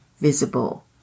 visible